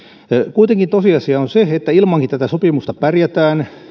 kuitenkin tosiasia on se että ilmankin tätä sopimusta pärjätään